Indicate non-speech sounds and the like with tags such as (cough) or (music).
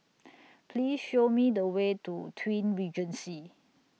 (noise) Please Show Me The Way to Twin Regency